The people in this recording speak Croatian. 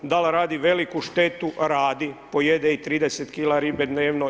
Da li radi veliku štetu, radi, pojede i 30 kg ribe dnevno.